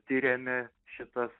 tiriame šitas